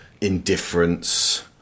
indifference